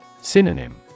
Synonym